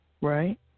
Right